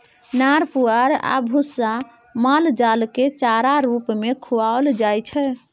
नार पुआर आ भुस्सा माल जालकेँ चारा रुप मे खुआएल जाइ छै